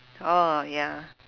orh ya